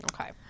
Okay